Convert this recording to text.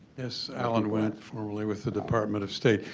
yes. allan wendt, formerly with the department of state.